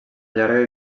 llarga